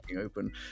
open